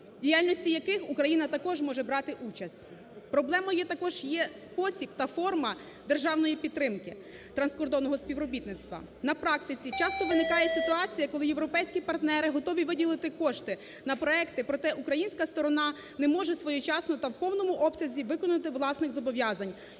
діяльності яких Україна також може брати участь. Проблемою також є спосіб та форма державної підтримки транскордонного співробітництва. На практиці часто виникає ситуація, коли європейські партнери готові виділити кошти на проекти, проте українська сторона не може своєчасно та в повному обсязі виконати власних зобов'язань